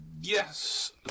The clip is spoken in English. Yes